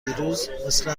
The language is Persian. دیروز، مثل